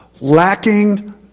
lacking